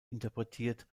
interpretiert